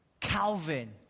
Calvin